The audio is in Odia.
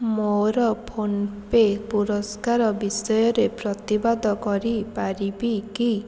ମୋର ଫୋନ୍ ପେ ପୁରସ୍କାର ବିଷୟରେ ପ୍ରତିବାଦ କରିପାରିବି କି